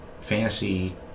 fantasy